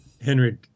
Henry